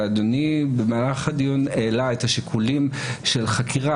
ואדוני במהלך הדיון העלה את השיקולים של חקירה,